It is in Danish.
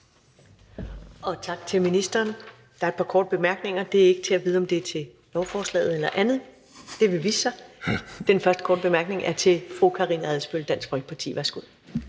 Tak til ministeren. Der er et par korte bemærkninger – det er ikke til at vide, om det er til lovforslaget eller andet; det vil vise sig. Den første korte bemærkning er til fru Karina Adsbøl, Dansk Folkeparti. Værsgo.